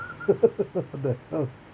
the hell